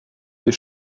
des